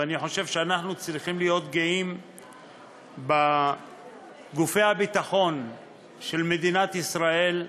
ואני חושב שאנחנו צריכים להיות גאים בגופי הביטחון של מדינת ישראל,